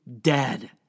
dead